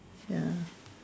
ya